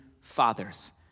fathers